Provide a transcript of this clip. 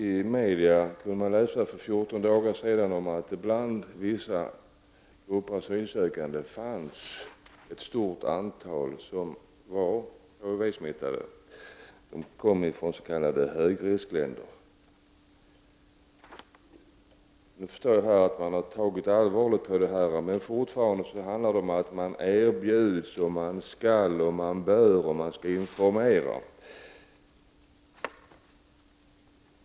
I media kunde vi läsa för 14 dagar sedan att det bland vissa grupper asylsökande fanns ett stort antal HIV-smittade. De kom från s.k. högriskländer. Jag förstår att man har tagit allvarligt på frågan. Men fortfarande handlar det om att test erbjuds, att man skall och bör och att man skall informera.